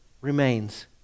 remains